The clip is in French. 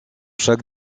chaque